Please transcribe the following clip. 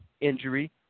injury